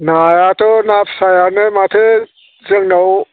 नायाथ' ना फिसायानो माथो जोंनाव